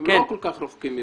הם לא כל כך רחוקים מירושלים.